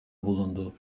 bulundu